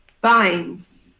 binds